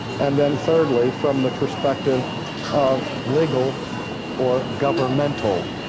and then, thirdly, from the perspective of legal or governmental